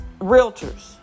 realtors